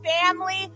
family